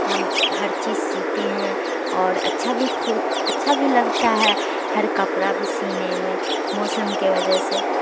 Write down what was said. ہم ہر چیز سیتے ہیں اور اچھا بھی اچھا بھی لگتا ہے ہر کپڑا بھی سینے میں موسم کے وجہ سے